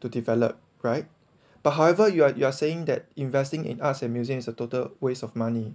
to develop right but however you are you are saying that investing in arts and museum is a total waste of money